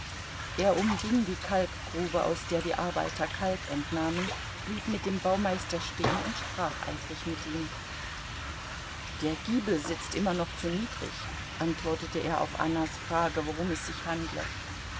er umging die kalkgrube aus der die arbeiter kalk entnahmen blieb mit dem baumeister stehen und sprach eifrig mit ihm der giebel sitzt immer noch zu niedrig antwortete er auf annas frage worum es sich handle